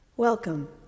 Welcome